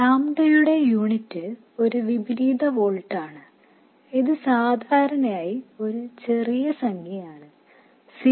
ലാംഡയുടെ യൂണിറ്റ് ഒരു ഇൻവേഴ്സ് വോൾട്ടാണ് ഇത് സാധാരണയായി ഒരു ചെറിയ സംഖ്യയാണ് 0